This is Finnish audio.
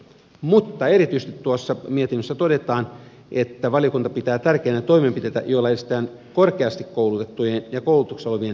mutta erityisesti tuossa mietinnössä todetaan että valiokunta pitää tärkeinä toimenpiteitä joilla edistetään korkeasti koulutettujen ja koulutuksessa olevien työllistymistä